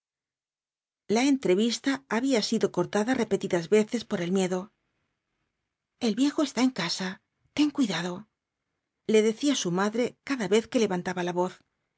la entrevista había sido cortada repetidas veces por el miedo el viejo está en casa ten cuidado le decía su madre cada vez que levantaba la voz